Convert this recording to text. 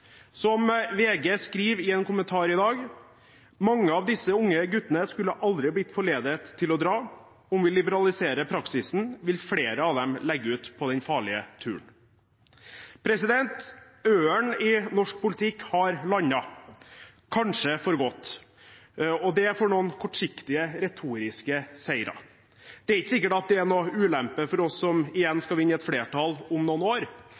Som VG skriver i en kommentar i dag: «Mange av disse unge guttene skulle aldri blitt forledet til å dra. Og om vi liberaliserer praksisen, vil flere av dem legge ut på den farlige turen.» Ørnen i norsk politikk har landet – kanskje for godt, og det for noen kortsiktige, retoriske seire. Det er ikke sikkert at det er noen ulempe for oss som igjen skal vinne et flertall om noen år,